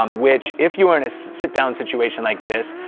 um which if you are in a sit down situation like this,